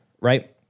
right